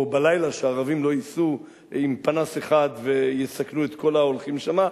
או בלילה שהערבים לא ייסעו עם פנס אחד ויסכנו את כל ההולכים שם,